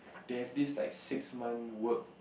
there's this like six month work